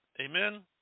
Amen